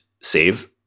save